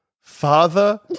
father